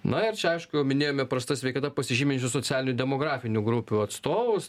na ir čia aišku jau minėjome prasta sveikata pasižyminčių socialinių demografinių grupių atstovus